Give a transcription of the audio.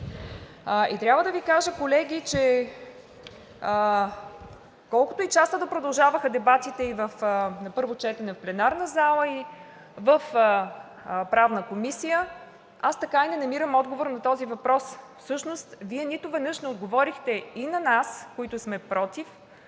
Трябва да Ви кажа, колеги, че колкото и часа да продължаваха дебатите на първо четене в пленарната зала и в Правната комисия, аз така и не намирам отговор на този въпрос. Всъщност Вие нито веднъж не отговорихте и на нас, които сме против,